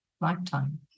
lifetime